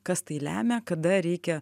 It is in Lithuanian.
kas tai lemia kada reikia